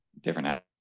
different